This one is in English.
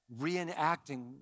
reenacting